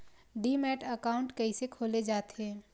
Demat account कइसे खोले जाथे?